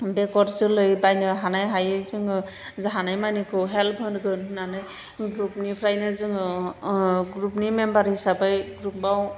बेगर जोलै बायनो हानाय हायै जोङो हानायमानिखौ हेल्प होगोन होननानै ग्रुपनिफ्रायनो जोङो ग्रुपनि मेम्बार हिसाबै ग्रुपाव